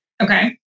Okay